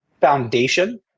foundation